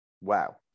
Wow